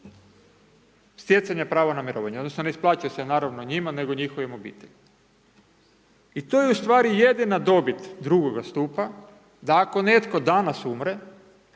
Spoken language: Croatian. stjecanja prava na mirovinu, odnosno ne isplaćuje se naravno njima nego njihovim obiteljima. I to je u stvari jedina dobit drugoga stupa, da ako netko danas umre,